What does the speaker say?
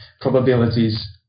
probabilities